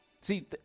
See